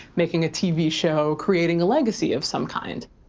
making a tv show, creating a legacy of some kind,